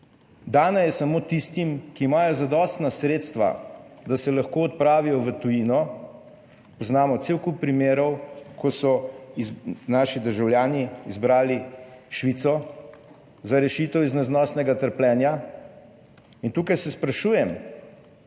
Dana je samo tistim, ki imajo zadostna sredstva, da se lahko odpravijo v tujino. Poznamo cel kup primerov, ko so naši državljani izbrali Švico za rešitev iz neznosnega trpljenja in tukaj se sprašujem